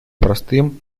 простым